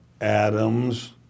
Adams